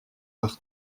par